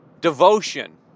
devotion